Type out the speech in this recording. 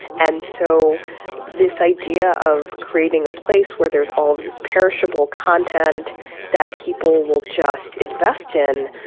and so this idea of creating a place where there's all of this perishable content that people will just invest in.